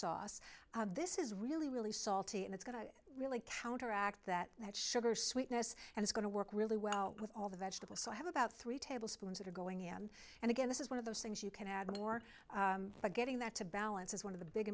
sauce this is really really salty and it's going to really counteract that that sugar sweetness and it's going to work really well with all the vegetables so i have about three tablespoons that are going in and again this is one of those things you can add more but getting that to balance is one of the big